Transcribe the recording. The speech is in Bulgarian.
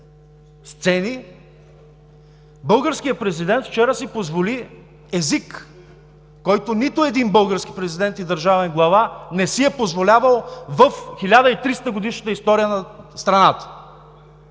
сцени, българският президент вчера си позволи език, който нито един български президент и държавен глава не си е позволявал в 1300-годишната история на страната.